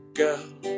girl